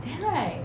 right